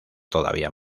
todavía